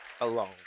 alone